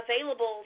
available